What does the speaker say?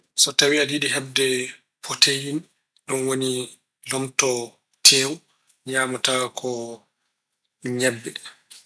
So tawi aɗa yiɗi heɓde poteyin, ɗum woni lomto tewu, ñaamata ko ñebbe.